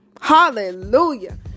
Hallelujah